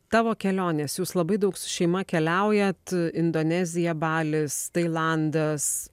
tavo kelionės jūs labai daug su šeima keliaujat indonezija balis tailandas